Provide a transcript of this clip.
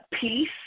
peace